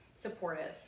supportive